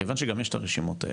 מכיוון שגם יש את הרשימות האלה,